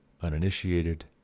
uninitiated